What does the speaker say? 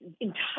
entire